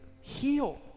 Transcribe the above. heal